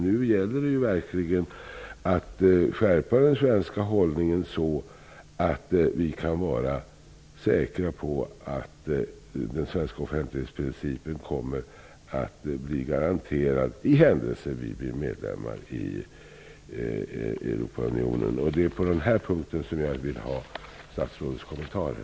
Nu gäller det verkligen att skärpa den svenska hållningen så att vi kan vara säkra på att den svenska offentlighetsprincipen kommer att bli garanterad i händelse vi blir medlemmar i Europeiska unionen. Det är på den punkten jag vill ha statsrådets kommentarer.